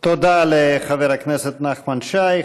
תודה לחבר הכנסת נחמן שי.